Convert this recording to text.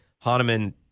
Hahnemann